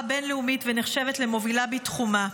בין-לאומית ונחשבת למובילה בתחומה.